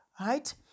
right